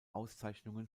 auszeichnungen